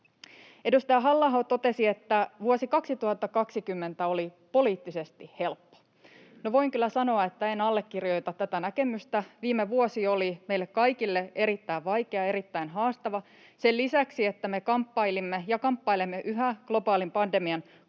Edustaja Halla-aho totesi, että vuosi 2020 oli poliittisesti helppo. No, voin kyllä sanoa, että en allekirjoita tätä näkemystä. Viime vuosi oli meille kaikille erittäin vaikea ja erittäin haastava. Sen lisäksi, että me kamppailimme ja kamppailemme yhä globaalin pandemian